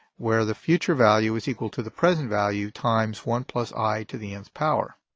where the future value is equal to the present value times one plus i to the nth power.